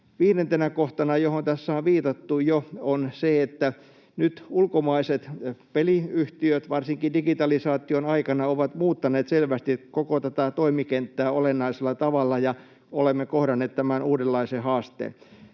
Viidentenä kohtana, johon tässä on viitattu jo, on se, että nyt ulkomaiset peliyhtiöt varsinkin digitalisaation aikana ovat muuttaneet selvästi koko tätä toimikenttää olennaisella tavalla, ja olemme kohdanneet tämän uudenlaisen haasteen.